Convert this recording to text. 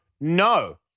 no